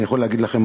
אני יכול להגיד לכם,